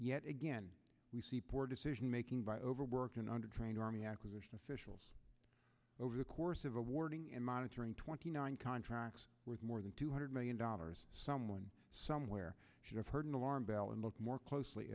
yet again we see poor decision making by overworking undertrained army acquisition officials over the course of a warning and monitoring twenty nine contracts worth more than two hundred million dollars someone somewhere should have heard an alarm bell and looked more closely